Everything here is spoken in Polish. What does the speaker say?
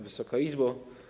Wysoka Izbo!